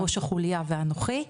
ראש החולייה ואנוכי,